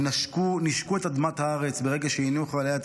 הם נישקו את אדמת הארץ ברגע שהניחו עליה את